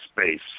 space